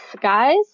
guys